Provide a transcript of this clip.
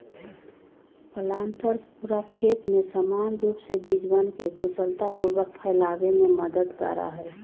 planters पूरा खेत में समान रूप से बीजवन के कुशलतापूर्वक फैलावे में मदद करा हई